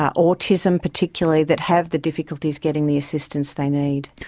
ah autism particularly that have the difficulties getting the assistance they need.